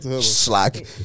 Slack